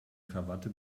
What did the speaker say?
krawatte